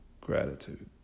gratitude